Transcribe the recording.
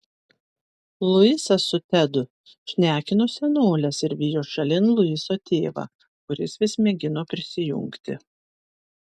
luisas su tedu šnekino senoles ir vijo šalin luiso tėvą kuris vis mėgino prisijungti